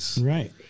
Right